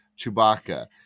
Chewbacca